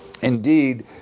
indeed